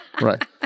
right